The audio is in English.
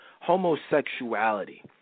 homosexuality